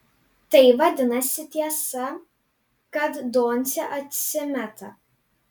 tai vadinasi tiesa kad doncė atsimeta